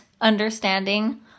understanding